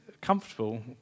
comfortable